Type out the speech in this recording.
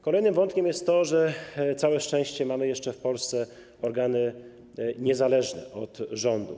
Kolejnym wątkiem jest to, że na całe szczęście mamy jeszcze w Polsce organy niezależne od rządu.